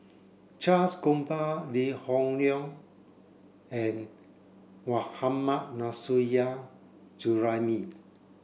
Charles Gamba Lee Hoon Leong and Mohammad Nurrasyid Juraimi